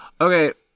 Okay